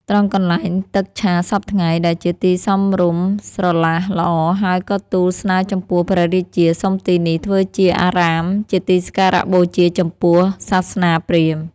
ត្រង់កន្លែងទឹកឆាសព្វថ្ងៃ ដែលជាទីសមរម្យស្រឡះល្អ ហើយក៏ទូលស្នើចំពោះព្រះរាជា សុំទីនេះធ្វើជាអារាម ជាទីសក្ការបូជាចំពោះសាសនាព្រាហ្មណ៍